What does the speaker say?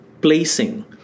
Placing